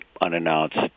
unannounced